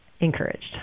encouraged